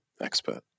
expert